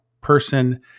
person